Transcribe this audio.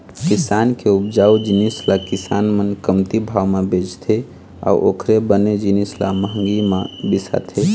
किसान के उपजाए जिनिस ल किसान मन कमती भाव म बेचथे अउ ओखरे बने जिनिस ल महंगी म बिसाथे